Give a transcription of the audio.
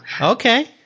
Okay